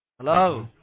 Hello